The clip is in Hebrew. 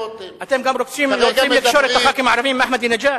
אתם רוצים גם לקשור את חברי הכנסת הערבים עם אחמדינג'אד?